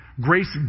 Grace